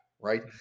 right